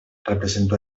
representó